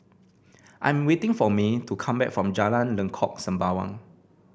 I am waiting for Mae to come back from Jalan Lengkok Sembawang